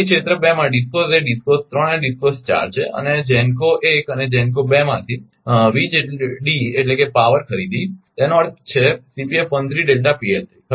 તેથી ક્ષેત્ર 2 માં DISCOs એ DISCO 3 અને DISCO 4 છે અને GENCO 1 અને GENCO 2 માંથી વીજપાવર ખરીદી તેનો અર્થ છે ખરુ ને